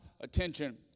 attention